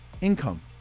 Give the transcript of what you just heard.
income